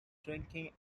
drinking